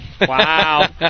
Wow